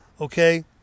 okay